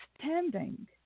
standing